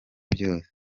byose